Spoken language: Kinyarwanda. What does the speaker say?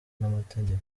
n’amategeko